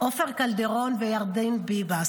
עופר קלדרון וירדן ביבס.